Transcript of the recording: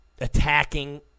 attacking